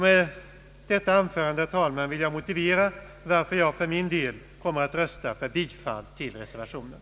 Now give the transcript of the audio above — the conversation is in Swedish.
Med detta anförande, herr talman, vill jag motivera varför jag kommer att rösta för bifall till reservationen.